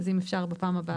אז אם אפשר בפעם הבאה.